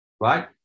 right